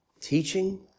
teaching